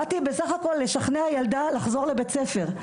באתי בסך הכל לשכנע ילדה לחזור לבית ספר.